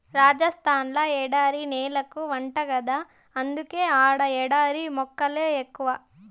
రాజస్థాన్ ల ఎడారి నేలెక్కువంట గదా అందుకే ఆడ ఎడారి మొక్కలే ఎక్కువ